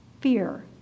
fear